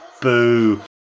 boo